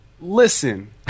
Listen